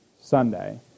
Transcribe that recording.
Sunday